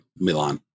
Milan